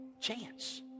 chance